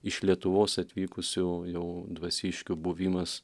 iš lietuvos atvykusių jau dvasiškių buvimas